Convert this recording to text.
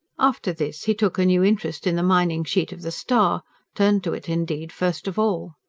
after this, he took a new interest in the mining sheet of the star turned to it, indeed, first of all.